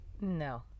no